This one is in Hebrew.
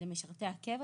למשרתי הקבע.